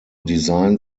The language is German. design